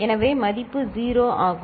எனவே மதிப்பு 0 ஆகும்